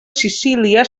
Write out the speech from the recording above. sicília